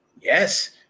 Yes